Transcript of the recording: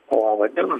laba diena